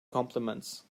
compliments